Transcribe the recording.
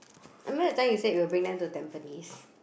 I remember that time you say you'll bring them to Tampines